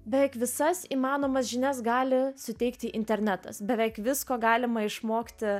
beveik visas įmanomas žinias gali suteikti internetas beveik visko galima išmokti